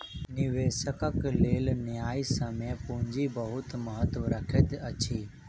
निवेशकक लेल न्यायसम्य पूंजी बहुत महत्त्व रखैत अछि